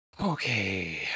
Okay